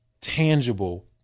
tangible